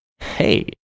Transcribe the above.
Hey